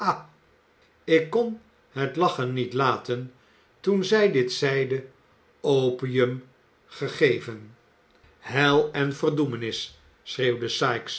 ik kon het lachen niet laten toen zij dit zeide opium ingegeven hel en verdoemenis